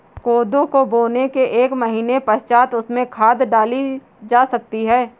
कोदो को बोने के एक महीने पश्चात उसमें खाद डाली जा सकती है